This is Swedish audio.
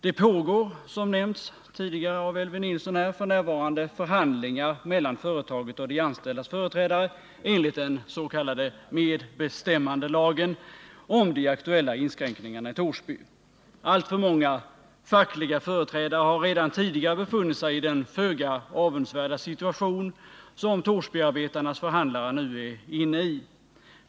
Det pågår, som nämnts tidigare av Elvy Nilsson här, f. n. förhandlingar mellan företaget och de anställdas företrädare enligt den s.k. medbestämmandelagen om de aktuella inskränkningarna i Torsby. Alltför många fackliga företrädare har redan tidigare befunnit sig i den föga avundsvärda situation som Torsbyarbetarnas förhandlare nu är inne i.